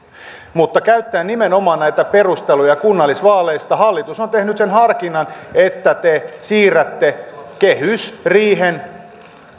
mutta käyttäen nimenomaan näitä perusteluja kunnallisvaaleista hallitus on tehnyt sen harkinnan että te siirrätte kehysriihen